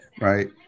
right